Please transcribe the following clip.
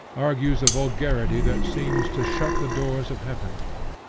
argues a vulgarity that seems to shut the doors of heaven.